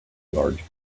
large